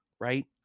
right